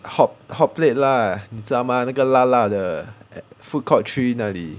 hot~ hotplate lah 你知道吗那个辣辣的 food court three 那里